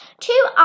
two